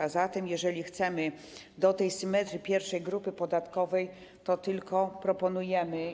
A zatem jeżeli chcemy nawiązać do tej symetrii pierwszej grupy podatkowej, to tylko proponujemy.